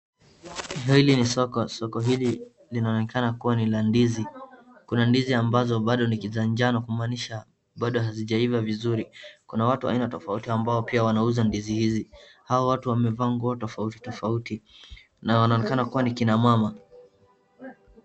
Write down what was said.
Hili ni soko, soko hili linaonekana kuwa ni la ndizi. Kuna ndizi ambazo bado ni kijani-njano kumaanisha bado hazijaiva vizuri, Kuna watu aina tofauti ambao pia wanauza ndizi hizi, hao watu wamevaa nguo tofauti tofauti na wanaonekana kuwa ni kina mama.